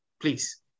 please